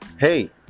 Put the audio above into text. hey